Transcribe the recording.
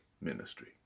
ministry